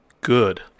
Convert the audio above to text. good